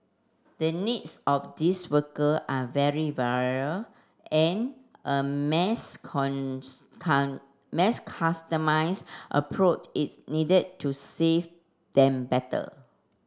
the needs of these worker are very varied and a mass can mass customise approach is needed to serve them better